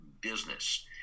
business